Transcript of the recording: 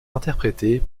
interprétée